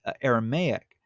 Aramaic